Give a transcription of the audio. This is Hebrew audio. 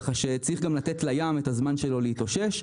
כך שצריך גם לתת לים את הזמן שלו להתאושש.